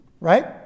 Right